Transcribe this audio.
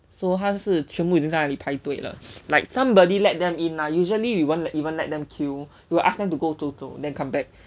so 他是全部已经在那里排队了 like somebody let them in lah usually we won't even let them queue will ask them to go 走走 then come back